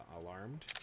alarmed